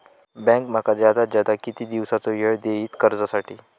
Bank माका जादात जादा किती दिवसाचो येळ देयीत कर्जासाठी?